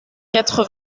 quatre